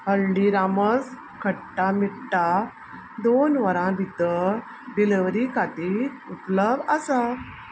हल्दीरामज खट्टा मिट्टा दोन वरां भितर डिलव्हरी खातीर उपलब्ध आसा